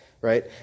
right